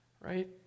Right